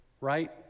right